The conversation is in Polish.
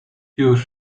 już